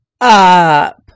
up